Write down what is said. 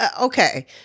okay